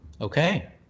Okay